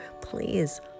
please